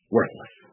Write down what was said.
Worthless